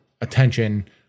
attention